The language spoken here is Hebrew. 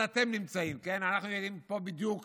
אתם נמצאים, כן, אנחנו יודעים פה בדיוק